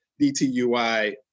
DTUI